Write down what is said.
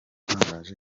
yatangaje